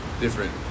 different